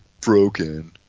broken